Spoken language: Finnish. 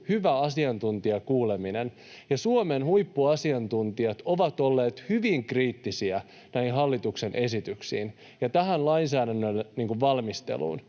hyvä asiantuntijakuuleminen. Suomen huippuasiantuntijat ovat olleet hyvin kriittisiä näistä hallituksen esityksistä ja tämän lainsäädännön valmistelusta.